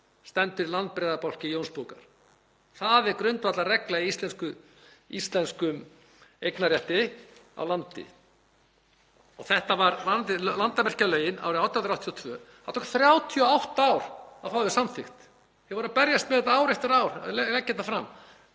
stendur í landbrigðabálki Jónsbókar. Það er grundvallarregla í íslenskum eignarrétti á landi. Landamerkjalögin árið 1882, það tók 38 ár að fá þau samþykkt. Þeir voru að berjast við það ár eftir ár að leggja þetta fram.